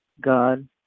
God